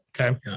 okay